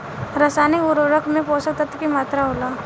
रसायनिक उर्वरक में पोषक तत्व की मात्रा होला?